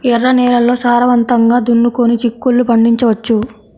ఎర్ర నేలల్లో సారవంతంగా దున్నుకొని చిక్కుళ్ళు పండించవచ్చు